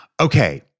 Okay